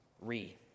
re